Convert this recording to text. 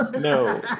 No